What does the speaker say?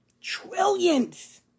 Trillions